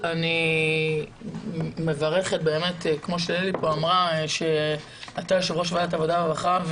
אני מברכת שאתה יושב ראש ועדת העבודה והרווחה,